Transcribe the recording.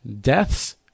Death's